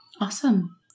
Awesome